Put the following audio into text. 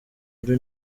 ari